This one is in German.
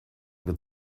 wird